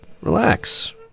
Relax